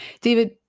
David